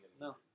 no